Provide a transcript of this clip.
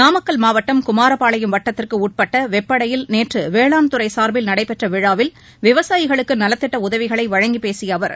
நாமக்கல் மாவட்டம் குமாரபாளையம் வட்டத்திற்கு உட்பட்ட வெப்படையில் நேற்று வேளாண் துறை சார்பில் நடைபெற்ற விழாவில் விவசாயிகளுக்கு நலத்திட்ட உதவிகளை வழங்கிப்பேசிய அவர்